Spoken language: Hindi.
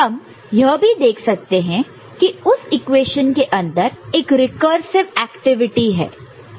हम यह भी देख सकते हैं कि उस इक्वेशन के अंदर एक रिकर्सिव एक्टिविटी है